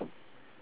I